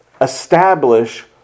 establish